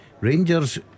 Rangers